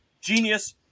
Genius